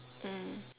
mm